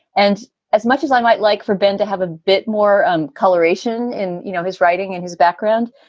and as much as i might like for ben to have a bit more um coloration in you know his writing and his background,